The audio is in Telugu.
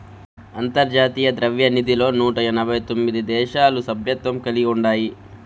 అంతర్జాతీయ ద్రవ్యనిధిలో నూట ఎనబై తొమిది దేశాలు సభ్యత్వం కలిగి ఉండాయి